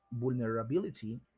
vulnerability